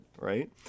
right